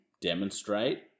demonstrate